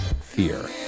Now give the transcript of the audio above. fear